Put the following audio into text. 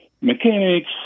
mechanics